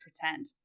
pretend